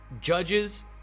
Judges